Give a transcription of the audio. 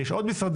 "יש עוד משרדים",